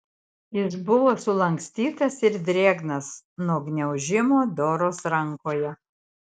jis buvo sulankstytas ir drėgnas nuo gniaužimo doros rankoje